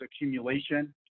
accumulation